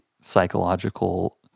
psychological